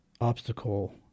obstacle